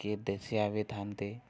କିଏ ଦେଶୀଆ ବି ଥାଆନ୍ତି